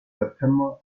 september